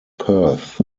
perth